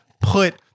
put